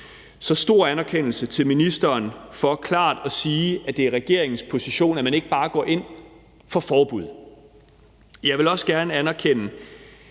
stor anerkendelse til ministeren for klart at sige, at det er regeringens position, at man ikke bare går ind for forbud. Jeg vil også gerne anerkende